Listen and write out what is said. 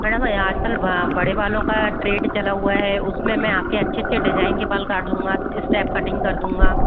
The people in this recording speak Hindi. मैडम ये आज कल बड़े बालों का ट्रेंड चला हुआ है उसमें मैं आपके अच्छे अच्छे डिजाइन के बाल काट दूँगा स्टेप कटिंग कर दूँगा